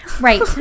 Right